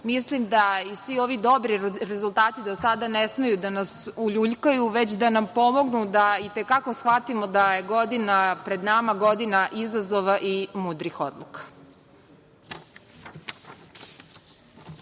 Mislim da i svi ovi dobri rezultati do sada ne smeju da nas uljuljkuju, već da nam pomognu da i te kako shvatimo da je godina pred nama godina izazova i mudrih odluka.